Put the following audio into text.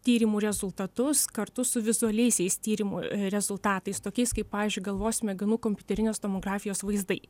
tyrimų rezultatus kartu su vizualiaisiais tyrimų rezultatais tokiais kaip pavyzdžiui galvos smegenų kompiuterinės tomografijos vaizdai